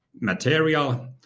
material